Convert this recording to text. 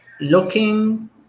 looking